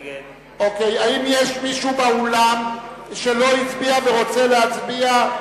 נגד האם יש באולם מישהו שלא הצביע ורוצה להצביע?